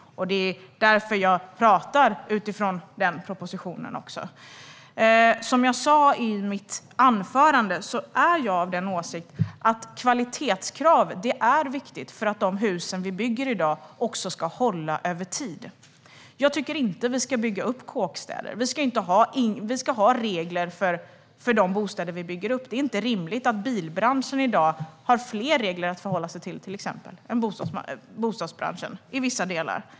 Det är också därför jag talar utifrån denna proposition. Som jag sa i mitt anförande är jag av den åsikten att kvalitetskrav är viktiga för att de hus vi bygger i dag ska hålla över tid. Jag tycker inte att vi ska bygga upp kåkstäder. Vi ska ha regler för de bostäder vi bygger. Det är inte rimligt att till exempel bilbranschen i dag har fler regler att förhålla sig till än bostadsbranschen, i vissa delar.